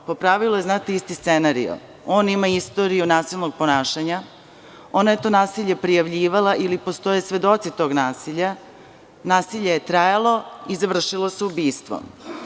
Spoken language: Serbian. Po pravilu je isti scenario: on ima istoriju nasilnog ponašanja, ona je to nasilje prijavljivala ili postoje svedoci tog nasilja, nasilje je trajalo i završilo se ubistvom.